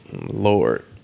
Lord